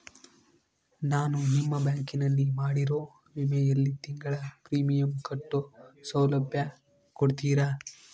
ನಾನು ನಿಮ್ಮ ಬ್ಯಾಂಕಿನಲ್ಲಿ ಮಾಡಿರೋ ವಿಮೆಯಲ್ಲಿ ತಿಂಗಳ ಪ್ರೇಮಿಯಂ ಕಟ್ಟೋ ಸೌಲಭ್ಯ ಕೊಡ್ತೇರಾ?